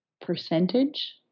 percentage